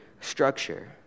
structure